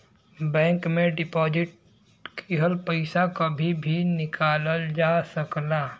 bank में deposit किहल पइसा कभी भी निकालल जा सकला